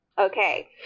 Okay